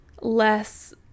less